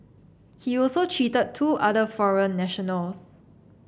he also cheated two other foreign nationals